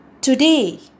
today